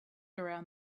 around